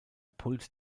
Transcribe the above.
pult